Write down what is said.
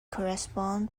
correspond